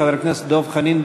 חבר הכנסת דב חנין,